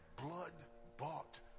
blood-bought